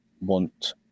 want